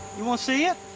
you want to see it?